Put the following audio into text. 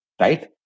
right